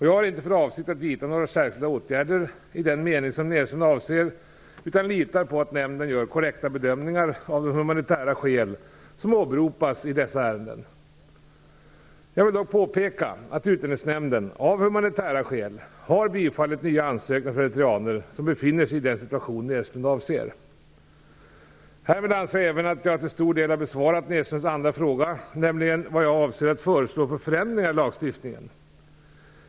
Jag har inte för avsikt att vidta några särskilda åtgärder i den mening som Näslund avser utan litar på att nämnden gör korrekta bedömningar av de humanitära skäl som åberopas i dessa ärenden. Jag vill dock påpeka att Utlänningsnämnden, av humanitära skäl, har bifallit nya ansökningar från eritreaner som befinner sig i den situation Näslund avser. Härmed anser jag även att jag till stor del har besvarat Näslunds andra fråga, nämligen vad jag avser att föreslå för förändringar i lagstiftningen.